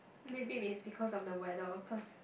maybe is because of the weather of course